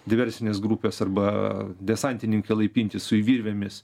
diversinės grupės arba desantininkai laipinti su virvėmis